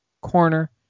Corner